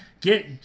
get